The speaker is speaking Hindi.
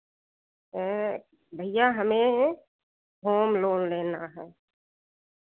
भैया हमें होम लोन लेना है